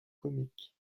comique